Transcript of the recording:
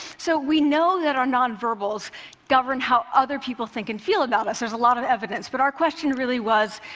so we know that our nonverbals govern how other people think and feel about us. there's a lot of evidence. but our question really was,